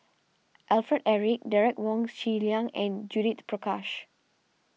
Alfred Eric Derek Wong Zi Liang and Judith Prakash